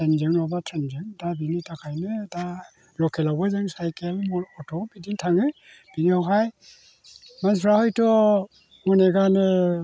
प्लेनजों नङाबा ट्रेनजों दा बेनि थाखायनो दा लकेलावबो जों साइकेल अट' बिदिजों थाङो बेनि उनावहाय मानसिफ्रा हैथ' अनेकआनो